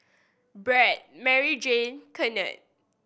Brad Maryjane Kennard